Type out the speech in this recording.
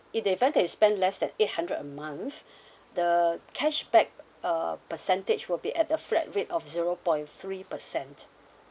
in the event that you spend less than eight hundred a month the cashback uh percentage will be at the flat rate of zero point three percent